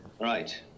Right